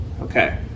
Okay